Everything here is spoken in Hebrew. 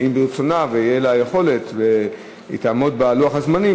אם ברצונה ותהיה לה היכולת והיא תעמוד בלוח הזמנים,